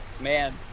Man